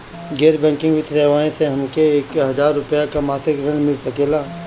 गैर बैंकिंग वित्तीय सेवाएं से हमके एक हज़ार रुपया क मासिक ऋण मिल सकेला?